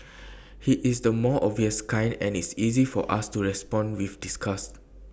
he is the more obvious kind and it's easy for us to respond with disgust